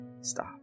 Stop